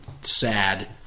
sad